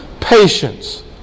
patience